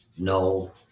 no